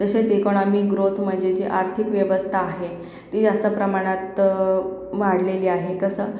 तसेच economy growth म्हणजे जे आर्थिक व्यवस्था आहे ती जास्त प्रमाणात वाढलेली आहे तसं